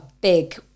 big